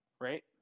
Right